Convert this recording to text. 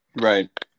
Right